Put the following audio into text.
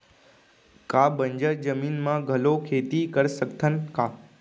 का बंजर जमीन म घलो खेती कर सकथन का?